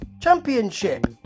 Championship